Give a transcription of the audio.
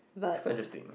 is quite interesting